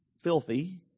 filthy